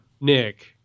Nick